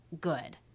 good